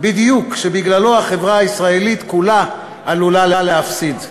שבגללו החברה הישראלית כולה עלולה להפסיד.